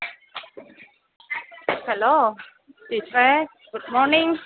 hello teacher good morning